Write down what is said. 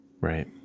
right